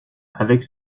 avec